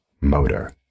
motor